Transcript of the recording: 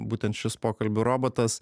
būtent šis pokalbių robotas